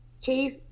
Chief